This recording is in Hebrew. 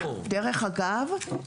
דרך אגב,